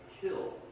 kill